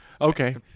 okay